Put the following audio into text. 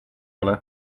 ole